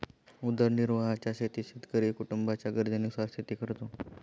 उदरनिर्वाहाच्या शेतीत शेतकरी कुटुंबाच्या गरजेनुसार शेती करतो